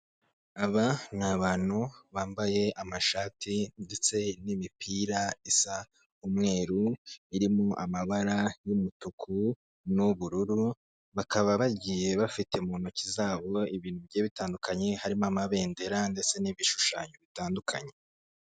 Aba ni abantu bambaye amashati ndetse n'imipira isa, umwe urimo amabara y'umutuku n'ubururu. bakaba bagiye bafite mu ntoki zabo ibintu bitandukanye, harimo amabendera ndetse n'ibishushanyo bitandukanye.